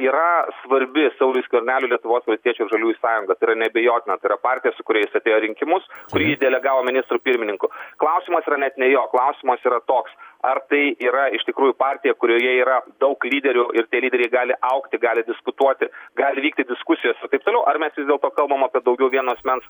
yra svarbi sauliui skverneliui lietuvos valstiečių ir žaliųjų sąjunga tai yra neabejotina tai yra partija su kuria jis atėjo rinkimus kuri jį delegavo ministru pirmininku klausimas yra net ne jo klausimas yra toks ar tai yra iš tikrųjų partija kurioje yra daug lyderių ir tie lyderiai gali augti gali diskutuoti gali vykti diskusijos ir taip toliau ar mes vis dėlto kalbam apie daugiau vieno asmens